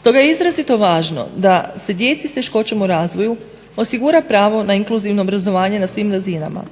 Stoga je izrazito važno da se djeci s teškoćama u razvoju osigura pravo na inkluzivno obrazovanje na svim razinama.